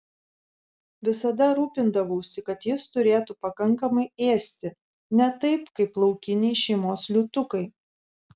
visada rūpindavausi kad jis turėtų pakankamai ėsti ne taip kaip laukiniai šeimos liūtukai